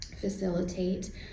facilitate